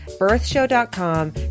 birthshow.com